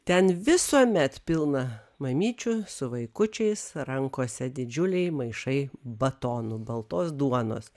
ten visuomet pilna mamyčių su vaikučiais rankose didžiuliai maišai batonų baltos duonos